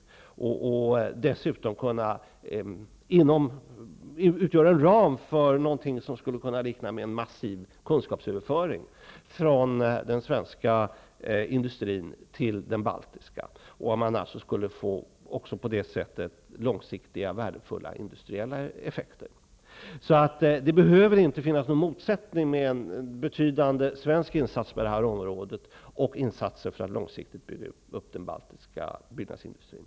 Det skulle dessutom kunna utgöra en ram för någonting som skulle kunna likna en massiv kunskapsöverföring från den svenska industrin till den baltiska. På det sättet skulle man alltså också få långsiktiga, värdefulla industriella effekter. Det behöver alltså inte finnas någon motsättning mellan en betydande svensk insats på det här området och insatser för att långsiktigt bygga upp den baltiska byggnadsindustrin.